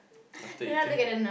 after eating